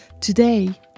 Today